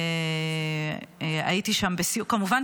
כמובן,